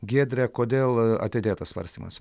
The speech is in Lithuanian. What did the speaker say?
giedre kodėl atidėtas svarstymas